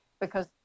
Because-